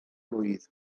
blwydd